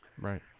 Right